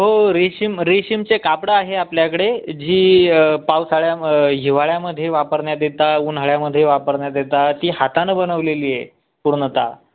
हो रेशीम रेशीमचे कापडं आहे आपल्याकडे जी पावसाळ्या हिवाळ्यामधे वापरण्यात येता उन्हाळ्यामधे वापरण्यात येता ती हाताने बनवलेली आहे पूर्णत